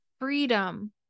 freedom